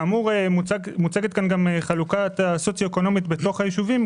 מוצגת כאן גם חלוקה סוציו-אקונומית בתוך היישובים,